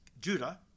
Judah